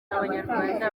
abanyarwanda